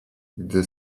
gdy